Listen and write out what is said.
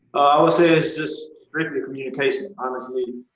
i will say it's just strictly communication, honestly.